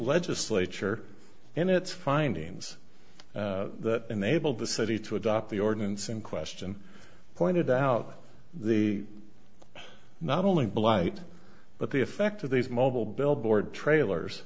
legislature and its findings that enable the city to adopt the ordinance in question pointed out the not only blight but the effect of these mobile billboard trailers